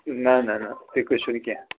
نہ نہ تُہۍ کھوٗژِو نہٕ کینٛہہ